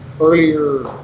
earlier